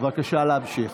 בבקשה להמשיך.